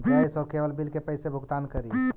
Gas और cable bill के कैसे भुगतान करी?